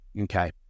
Okay